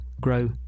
grow